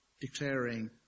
declaring